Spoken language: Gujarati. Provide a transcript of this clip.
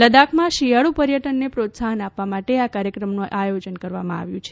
લદ્દાખમાં શિયાળું પર્યટનને પ્રોત્સાહન આપવા માટે આ કાર્યક્રમનું આયોજન કરવામાં આવ્યું છે